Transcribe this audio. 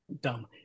dumb